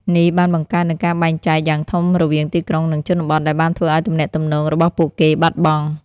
នេះបានបង្កើតនូវការបែងចែកយ៉ាងធំរវាងទីក្រុងនិងជនបទ ដែលបានធ្វើឲ្យទំនាក់ទំនងរបស់ពួកគេបាត់បង់។